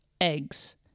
eggs